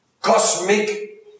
cosmic